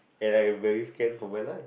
and I have very scared for my life